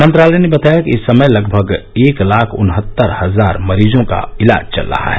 मंत्रालय ने बताया कि इस समय लगभग एक लाख उनहत्तर हजार मरीजों का इलाज चल रहा है